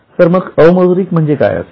तर मग अमौद्रिक म्हणजे काय असेल